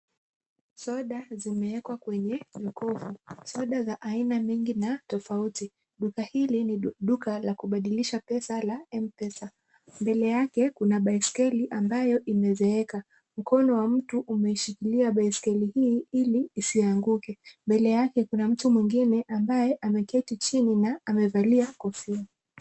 Soda zimewekwa kwenye jokovu. Soda za aina mingi na tofauti. Duka hili ni duka la kubadilisha pesa la mpesa. Mbele yake kuna baiskeli ambayo imezeeka. Mkono wa mtu umeshikilia baiskeli hii ili isianguke. Mbele yake kuna mtu mwingine ambaye ameketi chini na amevalia kofia.